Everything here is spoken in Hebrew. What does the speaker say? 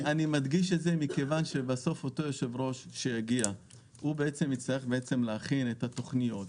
זה מכיוון שבסוף אותו יושב-ראש שיגיע יצטרך להכין את התוכניות,